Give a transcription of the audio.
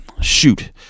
shoot